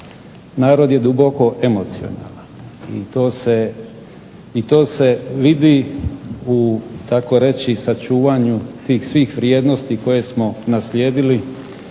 narod je duboko emocionalan i to se vidi u tako reći sačuvanju tih svih vrijednosti koje smo naslijedili